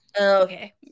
okay